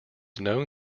known